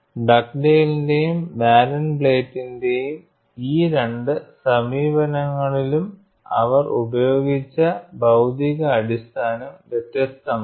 ഡഗ്ഡെയ്ലിന്റേയും ബാരൻബ്ലാറ്റിന്റേയും ഈ രണ്ട് സമീപനങ്ങളിലും അവർ ഉപയോഗിച്ച ഭൌതിക അടിസ്ഥാനം വ്യത്യസ്തമാണ്